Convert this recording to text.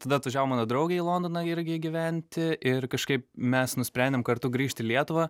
tada atvažiavo mano draugė į londoną irgi gyventi ir kažkaip mes nusprendėm kartu grįžt į lietuvą